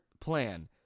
Plan